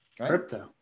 Crypto